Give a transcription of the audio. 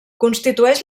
constitueix